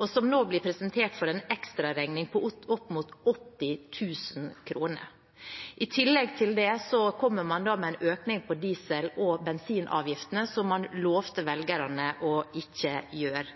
og som nå blir presentert for en ekstraregning på opp mot 80 000 kr. I tillegg kommer man med en økning i diesel- og bensinavgiftene, som man lovte velgerne ikke å gjøre.